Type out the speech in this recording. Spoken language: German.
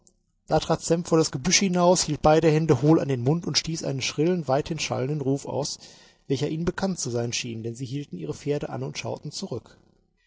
da trat sam vor das gebüsch hinaus hielt beide hände hohl an den mund und stieß einen schrillen weithin schallenden ruf aus welcher ihnen bekannt zu sein schien denn sie hielten ihre pferde an und schauten zurück